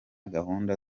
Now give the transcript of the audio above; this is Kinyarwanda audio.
gahunda